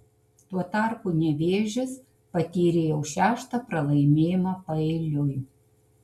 tuo tarpu nevėžis patyrė jau šeštą pralaimėjimą paeiliui